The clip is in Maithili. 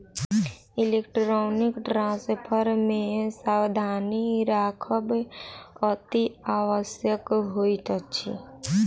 इलेक्ट्रौनीक ट्रांस्फर मे सावधानी राखब अतिआवश्यक होइत अछि